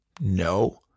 No